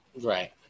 Right